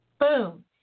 boom